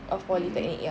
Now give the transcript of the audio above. mm